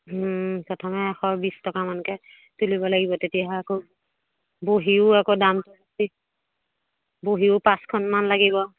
প্ৰথমে এশ বিছ টকামানকৈ তুলিব লাগিব তেতিয়াহে আকৌ বহিও আকৌ দামটো বেছি বহিও পাঁচখনমান লাগিব